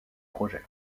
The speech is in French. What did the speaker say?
projets